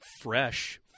fresh